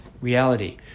reality